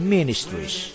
Ministries